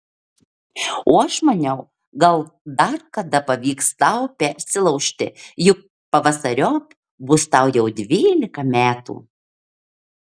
o aš maniau gal dar kada pavyks tau persilaužti juk pavasariop bus tau jau dvylika metų